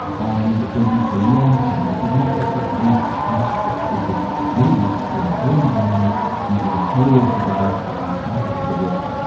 and for long-term, this is not just a brief snapshot, this is many weeks in the home environment using a small little device that you strap onto the wrist,